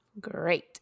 Great